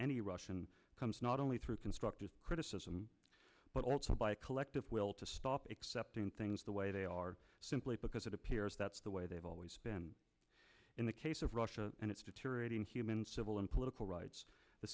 any russian comes not only through constructive criticism but also by a collective will to stop accepting things the way they are simply because it appears that's the way they've always been in the case of russia and its deteriorating human civil and political rights the